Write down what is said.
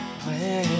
plan